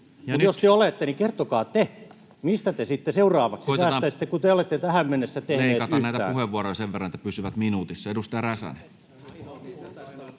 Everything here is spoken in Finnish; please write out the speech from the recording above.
jos te olette, niin kertokaa te, mistä te sitten seuraavaksi säästäisitte, kun te ette ole tähän mennessä tehneet yhtään.